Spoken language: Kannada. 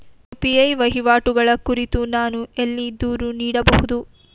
ಯು.ಪಿ.ಐ ವಹಿವಾಟುಗಳ ಕುರಿತು ನಾನು ಎಲ್ಲಿ ದೂರು ನೀಡಬಹುದು?